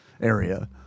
area